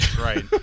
Right